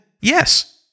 Yes